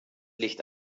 licht